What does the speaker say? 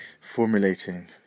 formulating